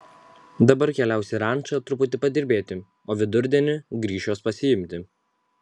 dabar keliaus į rančą truputį padirbėti o vidurdienį grįš jos pasiimti